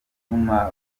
gutuma